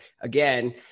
again